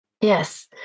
yes